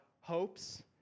hopes